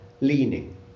leaning